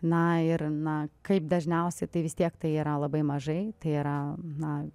na ir na kaip dažniausiai tai vis tiek tai yra labai mažai tai yra na